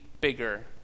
bigger